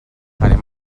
anem